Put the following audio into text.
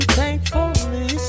thankfully